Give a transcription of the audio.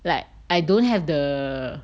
like I don't have the